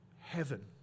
heaven